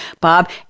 Bob